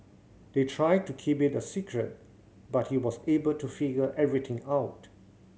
they tried to keep it a secret but he was able to figure everything out